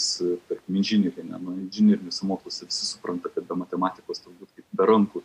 tarkim inžinieriai ne nu inžineriniuose moksluos visi supranta kad be matematikos turbūt kaip be rankų